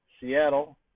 Seattle